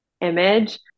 image